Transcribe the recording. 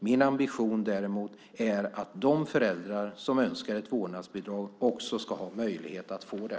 Min ambition däremot är att de föräldrar som önskar ett vårdnadsbidrag också ska ha möjlighet att få det.